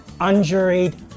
Unjuried